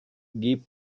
give